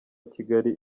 kigali